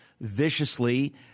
viciously